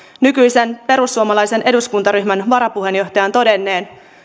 nykyisen perussuomalaisen eduskuntaryhmän varapuheenjohtajan todenneen